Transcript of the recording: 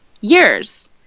Years